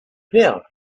perle